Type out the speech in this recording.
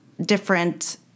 different